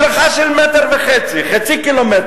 מדרכה של 1.5 מטר, חצי ק"מ.